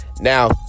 Now